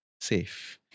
safe